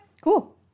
cool